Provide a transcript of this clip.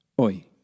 oi